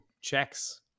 checks